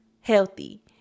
healthy